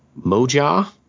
Moja